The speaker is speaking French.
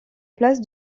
place